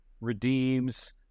redeems